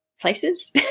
places